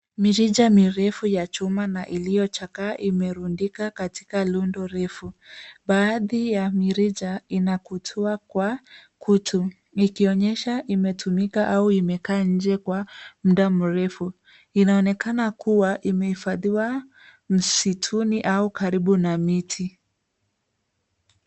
Mirija mirefu ya chuma na iliyochakaa imerundika katika rundo refu. Baadhi ya mirija inakutua kwa kutu ikionyesha imetumika au imekaa nje kwa muda mrefu. Inaonekana kuwa imehifadhiwa msituni au karibu na miti.